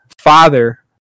father